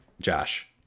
Josh